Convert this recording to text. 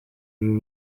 uru